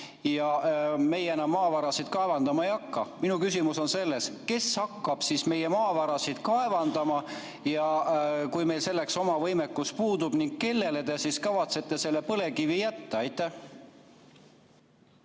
Ja meie enam maavarasid kaevandama ei hakka. Minu küsimus on see: kes hakkab meie maavarasid kaevandama, kui meil endal selleks võimekus puudub? Ning kellele te kavatsete selle põlevkivi jätta? Aitäh,